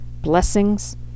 blessings